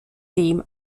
dem